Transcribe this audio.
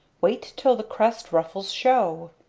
wait till the crest-ruffles show!